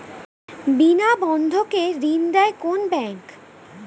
বিনা বন্ধক কে ঋণ দেয় কোন ব্যাংক?